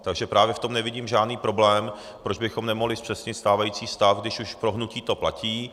Takže právě v tom nevidím žádný problém, proč bychom nemohli zpřesnit stávající stav, když už pro hnutí to platí.